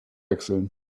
wechseln